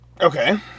Okay